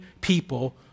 people